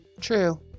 True